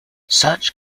such